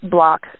Block